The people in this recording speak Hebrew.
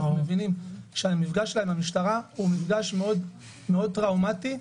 ואנחנו מבינים שהמפגש שלה עם המשטרה הוא מפגש מאוד מאוד טראומטי,